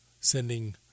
sending